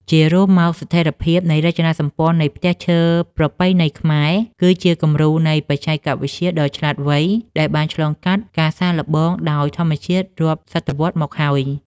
ជារួមមក ស្ថិរភាពរចនាសម្ព័ន្ធនៃផ្ទះឈើប្រពៃណីខ្មែរ គឺជាគំរូនៃបច្ចេកវិទ្យាដ៏ឆ្លាតវៃដែលបានឆ្លងកាត់ការសាកល្បងដោយធម្មជាតិរាប់សតវត្សមកហើយ។